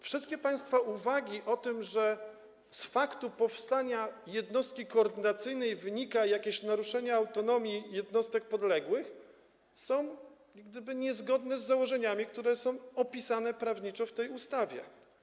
Wszystkie państwa uwagi o tym, że z faktu powstania jednostki koordynacyjnej wynika jakieś naruszenie autonomii jednostek podległych, są niezgodne z założeniami, które są opisane prawniczo w tej ustawie.